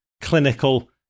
clinical